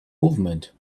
movement